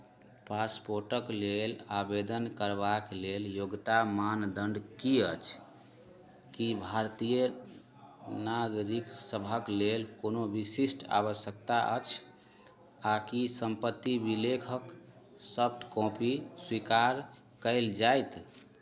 पासपोर्टक लेल आवेदन करबाक लेल योग्यता मानदण्ड की अछि की भारतीय नागरिक सभक लेल कोनो विशिष्ट आवश्यकता अछि आ की सम्पत्ति विलेखक सॉफ्ट कॉपी स्वीकार कयल जायत